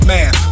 Man